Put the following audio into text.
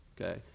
Okay